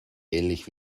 ähnlich